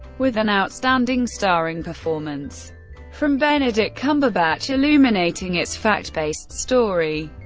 with an outstanding starring performance from benedict cumberbatch illuminating its fact-based story,